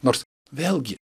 nors vėlgi